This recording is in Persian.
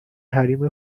حریم